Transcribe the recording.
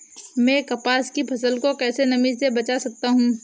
मैं कपास की फसल को कैसे नमी से बचा सकता हूँ?